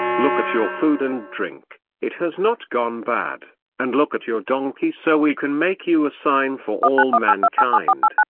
look at your food and drink it has not gone bad and look at your donkey so we can make you a sign for all mankind.